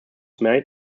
married